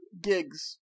gigs